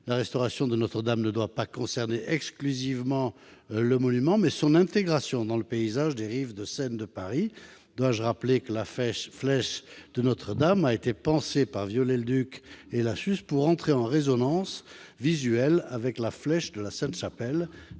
la restauration de Notre-Dame ne doit pas concerner exclusivement le monument, mais aussi son intégration dans le paysage des rives de la Seine. Dois-je rappeler que la flèche de Notre-Dame a été pensée par Viollet-le-Duc et Lassus pour entrer en résonance visuelle avec la flèche de la Sainte-Chapelle,